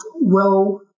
well-